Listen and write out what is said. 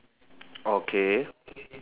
okay